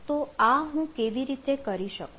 તો આ હું કેવી રીતે કરી શકું